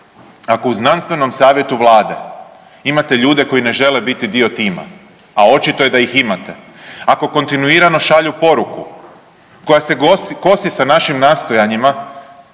Ako u znanstvenom savjetu Vlade imate ljude koji ne žele biti dio tima, a očito je da ih imate, ako kontinuirano šalju poruku koja se kosi sa našim nastojanjima